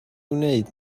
wneud